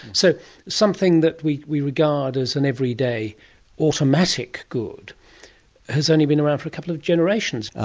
so something that we we regard as an everyday automatic good has only been around for a couple of generations. ah